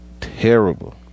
terrible